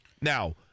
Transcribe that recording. Now